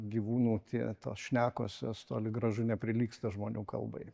gyvūnų tie tos šnekos jos toli gražu neprilygsta žmonių kalbai